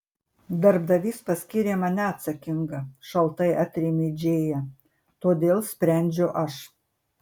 darbdavys paskyrė mane atsakinga šaltai atrėmė džėja todėl sprendžiu aš